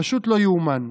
פשוט לא ייאמן.